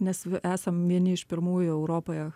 nes esam vieni iš pirmųjų europoje